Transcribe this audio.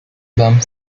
bump